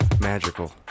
magical